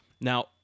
Now